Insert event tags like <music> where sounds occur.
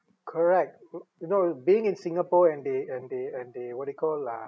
correct <noise> you know being in singapore and they and they and they what they call uh